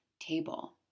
table